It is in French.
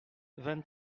vingt